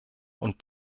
und